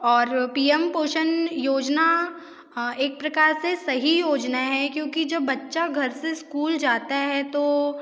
और P M पोषण योजना एक प्रकार से सही योजना है क्योंकि जब बच्चा घर से स्कूल जाता है तो